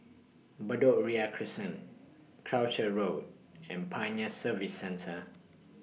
Bedok Ria Crescent Croucher Road and Pioneer Service Centre